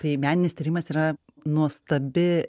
tai meninis tyrimas yra nuostabi